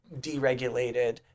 deregulated